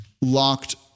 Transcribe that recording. Locked